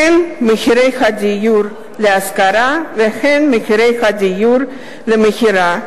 הן מחירי הדיור להשכרה והן מחירי הדיור למכירה,